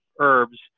herbs